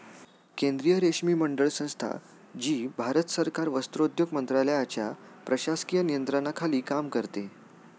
केंद्रीय रेशीम मंडळ संस्था, जी भारत सरकार वस्त्रोद्योग मंत्रालयाच्या प्रशासकीय नियंत्रणाखाली काम करते